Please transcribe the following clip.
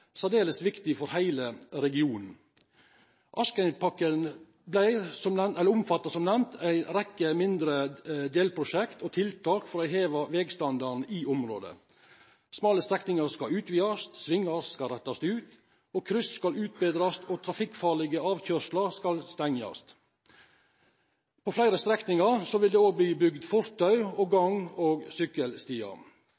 særdeles viktig for hele regionen. Askøypakken omfatter, som nevnt, en rekke mindre delprosjekter og tiltak for å heve veistandarden i området. Smale strekninger skal utvides, svinger skal rettes ut, kryss skal utbedres og trafikkfarlige avkjørsler skal stenges. På flere strekninger vil det også bli bygd fortau og